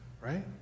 right